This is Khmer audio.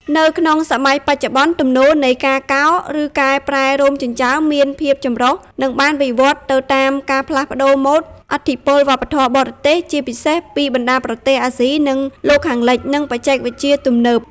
នៅក្នុងសម័យបច្ចុប្បន្ន ទំនោរនៃការកោរ ឬកែប្រែរោមចិញ្ចើមមានភាពចម្រុះ និងបានវិវត្តន៍ទៅតាមការផ្លាស់ប្តូរម៉ូដ ឥទ្ធិពលវប្បធម៌បរទេស (ជាពិសេសពីបណ្តាប្រទេសអាស៊ី និងលោកខាងលិច) និងបច្ចេកវិទ្យាទំនើប។